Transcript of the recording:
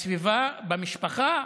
בסביבה, במשפחה,